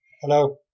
Hello